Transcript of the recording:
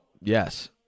yes